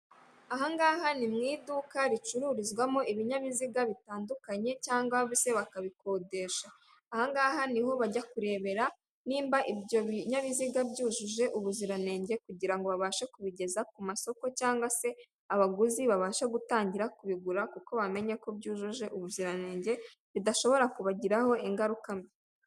Ahangaha ni mu iduka ricururizwamo ibinyabiziga bitandukanye cgangwa se bakabikodesha ahangaha niho bajya kurebera niba ibyo binyabiziga byujuje ubuziranenge kugirango babashe kubigeza ku masoko cgangwa se abaguzi babashe gutangira kubigura kuko bamenya ko byujuje ubuziranenge bidashobora kubagiraho ingaruka mbi.